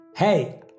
Hey